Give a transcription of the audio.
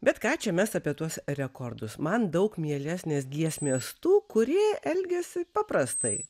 bet ką čia mes apie tuos rekordus man daug mielesnės giesmės tų kurie elgiasi paprastai